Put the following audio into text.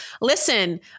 Listen